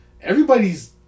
everybody's